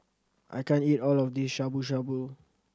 I can't eat all of this Shabu Shabu